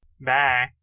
bye